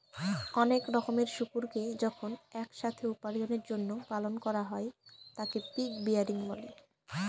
অনেক রকমের শুকুরকে যখন এক সাথে উপার্জনের জন্য পালন করা হয় তাকে পিগ রেয়ারিং বলে